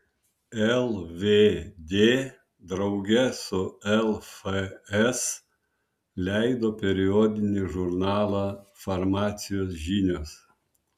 lvd drauge su lfs leido periodinį žurnalą farmacijos žinios